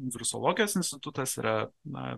virusologijos institutas yra na